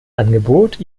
angebot